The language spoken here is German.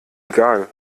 egal